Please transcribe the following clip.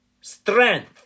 strength